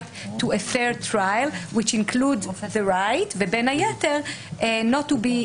to a fair trial which includes the right ובין היתר Not to be